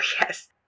yes